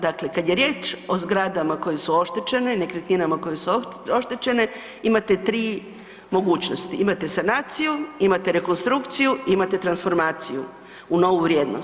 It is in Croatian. Dakle kad je riječ o zgradama koje su oštećene, nekretninama koje su oštećene, imate 3 mogućnosti, imate sanaciju, imate rekonstrukciju i imate transformaciju u novu vrijednost.